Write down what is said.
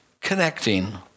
connecting